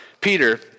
Peter